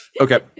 okay